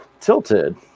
tilted